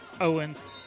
Owens